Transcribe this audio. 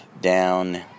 down